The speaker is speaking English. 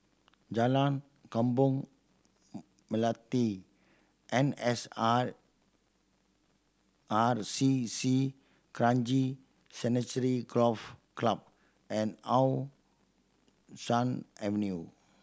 Jalan Kembang Melati N S R R C C Kranji Sanctuary Golf Club and How Sun Avenue